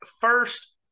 first